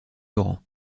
torrent